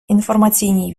інформаційній